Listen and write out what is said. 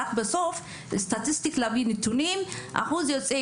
רק בסוף סטטיסטית מביאים נתונים: אחוז יוצאי